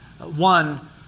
One